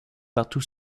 partout